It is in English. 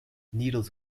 needles